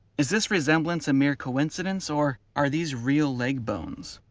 is this resemblance a mere coincidence or are these real leg bones?